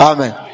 Amen